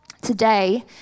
Today